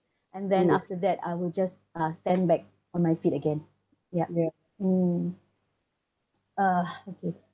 and then after that I will just uh stand back on my feet again ya mm uh okay